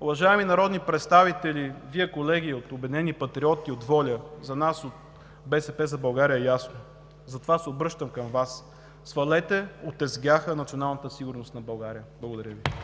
Уважаеми народни представители, Вие, колеги от „Обединени патриоти“, от ВОЛЯ – за нас от „БСП за България“ е ясно, затова се обръщам към Вас: свалете от тезгяха националната сигурност на България. Благодаря Ви.